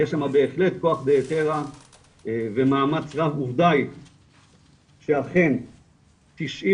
יש שם בהחלט כוח ביתרה ומאמץ רב ודי שאכן 97